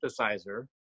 synthesizer